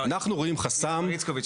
אנחנו רואים חסם --- מר איצקוביץ',